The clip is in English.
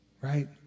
right